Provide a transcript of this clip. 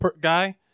guy